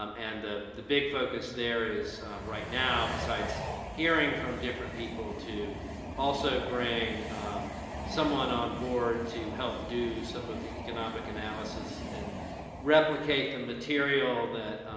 um and the the big focus there is right now besides hearing from different people, to also bring someone on board to help do some of the economic analysis and replicate the material that